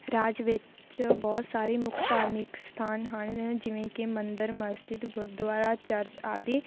ਰਾਜ ਵਿੱਚ ਬਹੁਤ ਸਾਰੇ ਮੁੱਖ ਧਾਰਮਿਕ ਸਥਾਨ ਹਨ ਜਿਵੇਂ ਕਿ ਮੰਦਰ ਮਸਜਿਦ ਗੁਰਦੁਆਰਾ ਚਰਚ ਆਦਿ